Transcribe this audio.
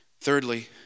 Thirdly